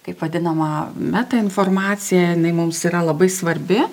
kaip vadinama meta informacija jinai mums yra labai svarbi